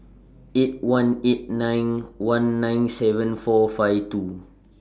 eight one eight nine one nine seven four five two